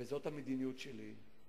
וזו המדיניות שלי,